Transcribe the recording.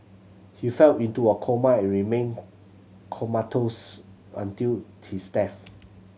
he fell into a coma and remained comatose until his death